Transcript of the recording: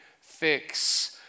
fix